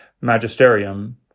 magisterium